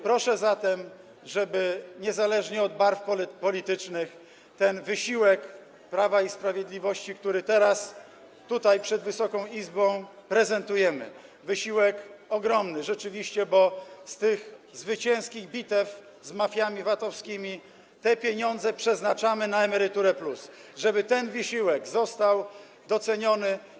Proszę zatem, żeby niezależnie od barw politycznych ten wysiłek Prawa i Sprawiedliwości, który teraz, tutaj, przed Wysoką Izbą, prezentujemy, wysiłek ogromny rzeczywiście, bo z tych zwycięskich bitew z mafiami VAT-owskimi te pieniądze przeznaczamy na „Emeryturę+”, został doceniony.